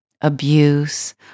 abuse